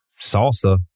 Salsa